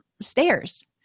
stairs